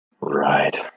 Right